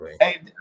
Hey